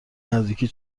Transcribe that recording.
نزدیکی